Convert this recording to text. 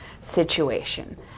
situation